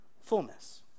fullness